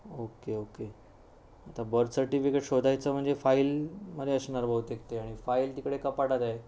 okay okay आता birth certificate शोधायचं म्हणजे फाईलमध्ये असणार बहुतेक ते आणि फाईल तिकडे कपाटात आहे